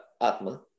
Atma